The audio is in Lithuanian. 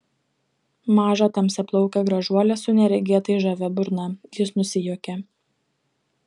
mažą tamsiaplaukę gražuolę su neregėtai žavia burna jis nusijuokė